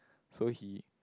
so he